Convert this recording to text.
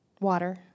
Water